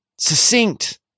Succinct